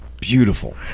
beautiful